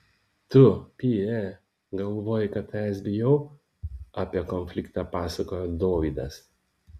tu py e galvoji kad tavęs bijau apie konfliktą pasakojo dovydas